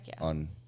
on